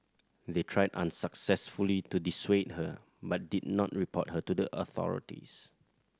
they tried unsuccessfully to dissuade her but did not report her to the authorities